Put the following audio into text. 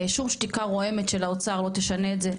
שום שתיקה רועמת של האוצר לא תשנה את זה,